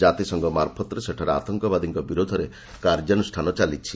କାତିସଂଘ ମାର୍ଫତ୍ରେ ସେଠାରେ ଆଦଙ୍କବାଦୀଙ୍କ ବିରୋଧରେ କାର୍ଯ୍ୟାନୁଷ୍ଠାନ ଚାଲିଛି